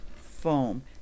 foam